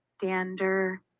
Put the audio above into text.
dander